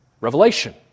Revelation